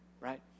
right